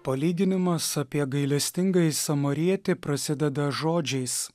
palyginimas apie gailestingąjį samarietį prasideda žodžiais